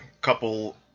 couple